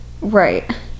right